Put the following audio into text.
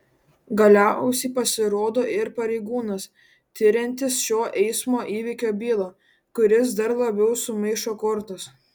galiausiai pasirodo ir pareigūnas tiriantis šio eismo įvykio bylą kuris dar labiau sumaišo kortas